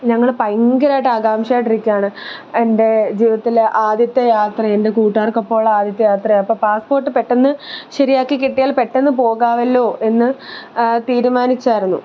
ഞങ്ങൾ ഭയങ്കരമായിട്ട് ആകാംഷയായിട്ടിരിക്കുകയാണ് എൻ്റെ ജീവിതത്തിൽ ആദ്യത്തെ യാത്ര എൻ്റെ കൂട്ടുകാർക്കൊപ്പമുള്ള ആദ്യത്തെ യാത്രയാണ് അപ്പോൾ പാസ്പോർട്ട് പെട്ടെന്ന് ശരിയാക്കി കിട്ടിയാൽ പെട്ടെന്ന് പോകാമല്ലോ എന്ന് തീരുമാനിച്ചായിരുന്നു